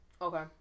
okay